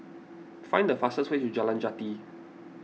find the fastest way to Jalan Jati